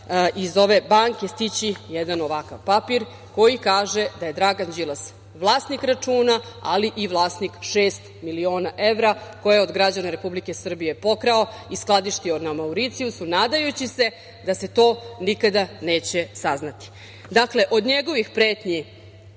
iz ove banke stići jedan ovakav papir koji kaže da je Dragan Đilas vlasnik računa, ali i vlasnik 6 milion evra koje je od građana Republike Srbije pokrao i skladištio na Mauricijusu, nadajući se da se to nikada neće saznati. Dakle, od njegovih pretnji